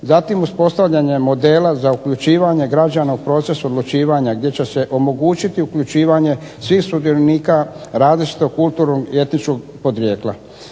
zatim uspostavljanje modela za uključivanje građana u proces odlučivanja gdje će se omogućiti uključivanje svih sudionika različitog kulturnog i etničkog podrijetla.